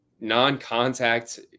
non-contact